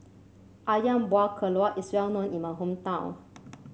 ayam Buah Keluak is well known in my hometown